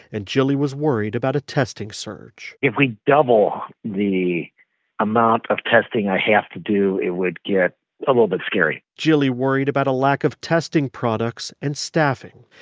and jilly was worried about a testing surge if we double the amount of testing i have to do, it would get a little bit scary jilly worried about a lack of testing products and staffing.